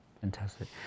Fantastic